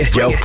yo